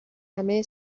همه